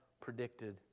predicted